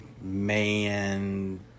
man